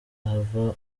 ava